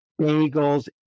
bagels